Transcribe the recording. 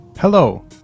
hello